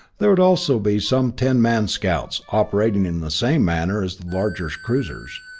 there would also be some ten-man scouts, operating in the same manner as the larger cruisers,